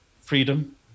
freedom